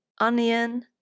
onion